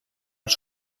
als